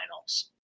finals